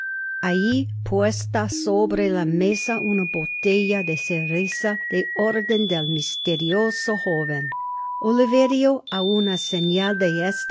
alli puesta sobre la mesa una botella de cerveza de orden del misterioso joven oliverio á una señal de